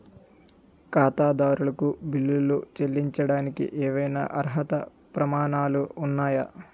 ఖాతాదారులకు బిల్లులు చెల్లించడానికి ఏవైనా అర్హత ప్రమాణాలు ఉన్నాయా?